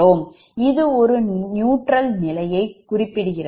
இது ஒரு நியூட்ரல் நிலையை குறிப்பிடுகின்றது